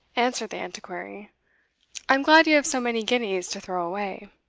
answered the antiquary i am glad you have so many guineas to throw away.